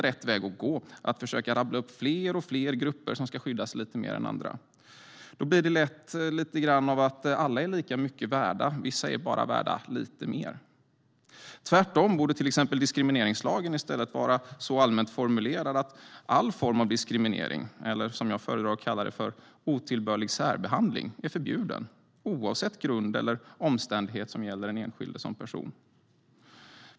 Rätt väg att gå är inte att försöka rabbla upp allt fler grupper som ska skyddas lite mer än andra. Då blir det lätt lite som att alla är lika mycket värda, men att vissa är värda bara lite mer. Diskrimineringslagen exempelvis borde tvärtom vara så allmänt formulerad att all form av diskriminering, eller otillbörlig särbehandling som jag föredrar att kalla det, är förbjuden, oavsett grund eller omständighet som gäller den enskilde som person.